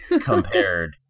compared